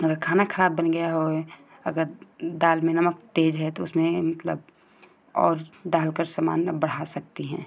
अगर खाना ख़राब बन गया हो अगर दाल में नमक तेज है तो उसमें मतलब और डालकर सामान आप बढ़ा सकती हैं